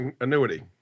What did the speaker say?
annuity